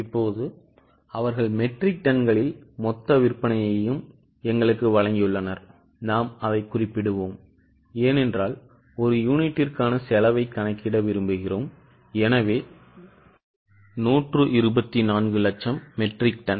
இப்போது அவர்கள் மெட்ரிக் டன்களில் மொத்த விற்பனையையும் எங்களுக்கு வழங்கியுள்ளனர் நாம் அதைக் குறிப்பிடுவோம் ஏனென்றால் ஒரு யூனிட்டிற்கான செலவைக் கணக்கிட விரும்புகிறோம் எனவே 124 லட்சம் மெட்ரிக் டன்